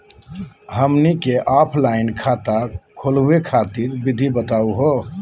हमनी क ऑफलाइन खाता खोलहु खातिर विधि बताहु हो?